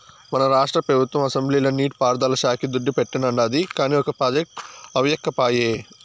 మన రాష్ట్ర పెబుత్వం అసెంబ్లీల నీటి పారుదల శాక్కి దుడ్డు పెట్టానండాది, కానీ ఒక ప్రాజెక్టు అవ్యకపాయె